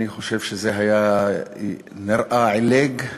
אני חושב שזה היה נראה עילג,